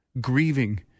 grieving